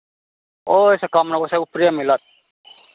ओहिसँ कम नहि ओहिसँ उपरे मिलत